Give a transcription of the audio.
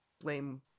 blame